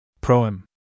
Proem